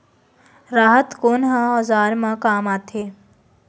राहत कोन ह औजार मा काम आथे?